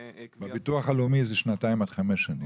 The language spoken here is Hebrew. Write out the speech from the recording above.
בביטוח הלאומי זה שנתיים עד חמש שנים.